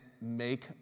make